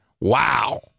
Wow